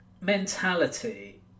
mentality